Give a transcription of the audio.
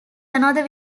another